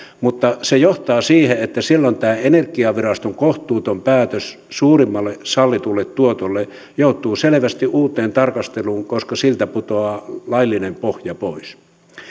mutta se johtaa siihen että silloin tämä energiaviraston kohtuuton päätös suurimmalle sallitulle tuotolle joutuu selvästi uuteen tarkasteluun koska siltä putoaa laillinen pohja pois